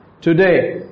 today